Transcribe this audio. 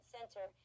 Center